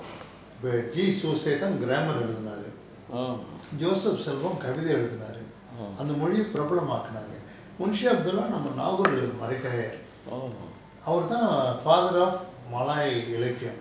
இப்ப:ippa jee soosei தான்:thaan grammer எழுதினாரு:eluthinaaru josep selvam கவிதை எழுதினாரு அந்த மொழிய பிரபலம் ஆக்கினாங்க:kavithai eluthinaaru antha moliya pirabalam aakkinaanga monshi abdullah நம்ம:namma naahoor maraikkaayar அவருதான்:avaruthaan father of malay இலக்கியம்:ilakkiyam